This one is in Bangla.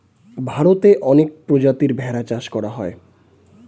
ভারতে অনেক প্রজাতির ভেড়া চাষ করা হয়